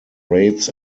rates